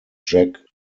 jack